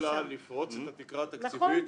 -- אלא לפרוץ את התקרה התקציבית -- נכון,